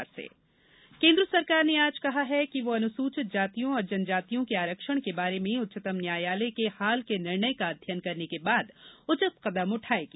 आरक्षण केन्द्र सरकार ने आज कहा है कि वह अनुसूचित जातियों और जनजातियों के आरक्षण के बारे में उच्चतम न्यायालय के हाल के निर्णय का अध्ययन करने के बाद उचित कदम उठाएगी